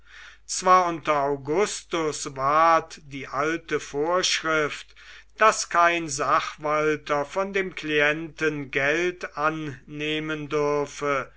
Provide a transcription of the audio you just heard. zwar unter augustus ward die alte vorschrift daß kein sachwalter von dem klienten geld annehmen dürfe